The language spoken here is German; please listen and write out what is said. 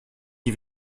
die